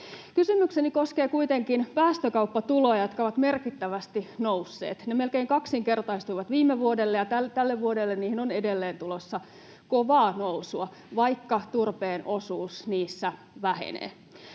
Kysymykseni koskee kuitenkin päästökauppatuloja, jotka ovat merkittävästi nousseet. Ne melkein kaksinkertaistuivat viime vuodelle, ja tälle vuodelle niihin on edelleen tulossa kovaa nousua, vaikka turpeen osuus niissä vähenee.